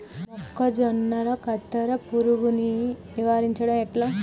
మొక్కజొన్నల కత్తెర పురుగుని నివారించడం ఎట్లా?